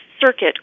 Circuit